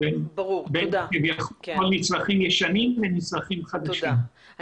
בין נצרכים ישנים לנצרכים חדשים תודה.